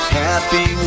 happy